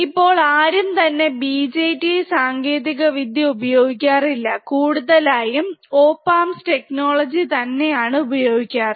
ഇപ്പോൾ ആരും തന്നെ BJT സാങ്കേതികവിദ്യ ഉപയോഗിക്കാറില്ല കൂടുതലായും op amps ടെക്നോളജി തന്നെയാണ് തന്നെയാണ് ഉപയോഗിക്കാറ്